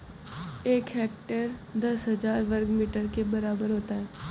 एक हेक्टेयर दस हजार वर्ग मीटर के बराबर होता है